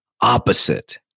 opposite